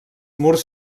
murs